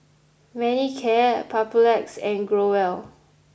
Manicare Papulex and Growell